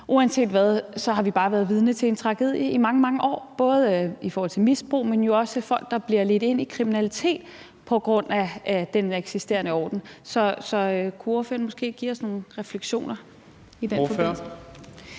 uanset hvad har vi bare været vidne til en tragedie i mange, mange år, både i forhold til misbrug, men jo også i forhold til folk, der bliver ledt ind i kriminalitet på grund af den der eksisterende orden. Så kunne ordføreren måske give os nogle refleksioner i den forbindelse?